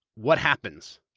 what happens?